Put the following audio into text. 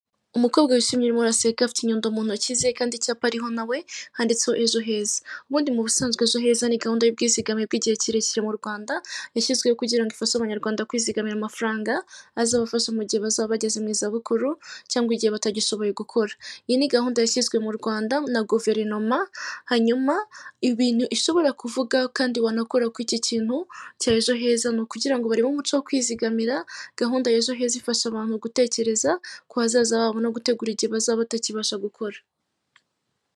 Umukobwa wishimye urimo raseka afite inyundo mu ntoki ze kandi, icyapa ariho nawe handitsweho izo heza ubundi mu busanzwe zo heza ni gahunda y'ubwizigame bw'igihe kirekire mu rwanda yashyizweho kugira ngo ifashe abanyarwanda kwizigamira amafaranga azabafashaza umu gihe bazaba bageze mu za bukuru cyangwa igihe batagishoboye gukora iyi ni gahunda yashyizwe mu rwanda na guverinoma hanyuma ibintu ishobora kuvuga kandi wanakora ko iki kintu cyajoheza ni ukugira ngo barebe umuco wo kwizigamira gahunda ifasha abantu gutekereza ku hazaza babo no gutegura igihe bazaba batakibasha gukora.